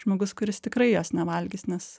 žmogus kuris tikrai jos nevalgys nes